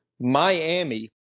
Miami